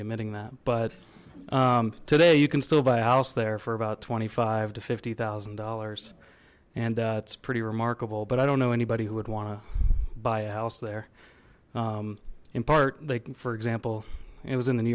be admitting that but today you can still buy a house there for about twenty five to fifty thousand dollars and it's pretty remarkable but i don't know anybody who would want to buy a house there in part they for example it was in the new